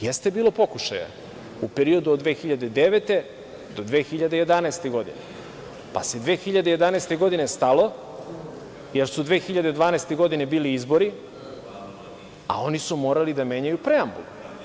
Jeste bilo pokušaja u periodu od 2009. do 2011. godine, pa se 2011. godine stalo, jer su 2012. godine bili izbori, a oni su morali da menjaju preambulu.